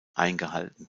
eingehalten